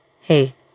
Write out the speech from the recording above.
Hey